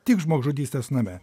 tik žmogžudystės name